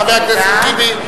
חבר הכנסת טיבי.